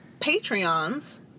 Patreons